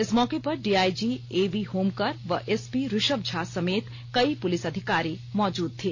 इस मौके पर डीआईजी एवी होमकर व एसपी ऋषभ झा समेत कई पुलिस अधिकारी मौजूद थे